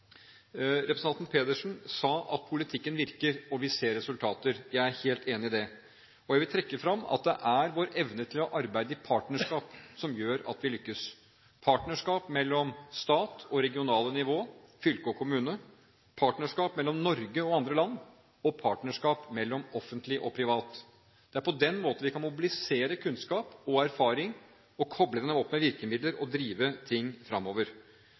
Representanten Pedersen sa at politikken virker, og vi ser resultater. Jeg er helt enig i det. Jeg vil trekke fram at det er vår evne til å arbeide i partnerskap som gjør at vi lykkes – partnerskap mellom stat og det regionale nivå – fylke og kommune – partnerskap mellom Norge og andre land og partnerskap mellom offentlig og privat. Det er på den måten vi kan mobilisere kunnskap og erfaring og koble den opp med virkemidler og drive ting